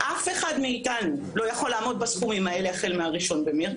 אף אחד מאיתנו לא יכול לעמוד בסכומים האלה החל מה-1 במרס.